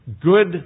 Good